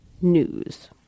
news